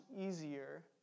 easier